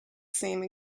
same